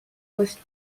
waste